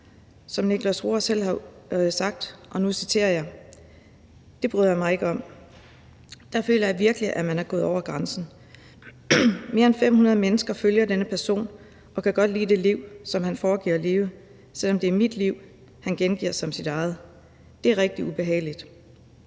Som Niklas Roar selv har sagt : »Det bryder jeg mig fandeme ikke om. Der føler jeg virkelig, at man er gået over grænsen. Mere end 500 mennesker følger denne person og kan godt lide det liv, som han foregiver at leve, selvom det er mit liv, han gengiver som sit eget. Det er rigtigt ubehageligt